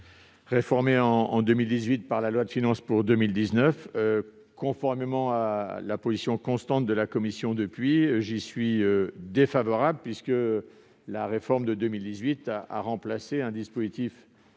réformée par la loi de finances pour 2019. Conformément à la position constante de la commission depuis lors, je suis défavorable à ces propositions, puisque la réforme de 2018 a remplacé un dispositif